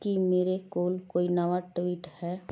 ਕੀ ਮੇਰੇ ਕੋਲ ਕੋਈ ਨਵਾਂ ਟਵੀਟ ਹੈ